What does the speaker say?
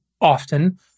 often